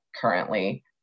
currently